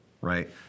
right